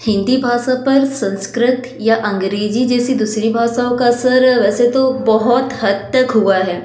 हिंदी भाषा पर संस्कृत या अंग्रेजी जैसी दूसरी भाषाओं का असर वैसे तो बहुत हद तक हुआ है